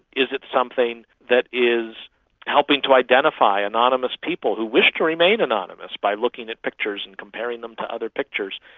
is it something that is helping to identify anonymous people who wish to remain anonymous by looking at pictures and comparing them to other pictures.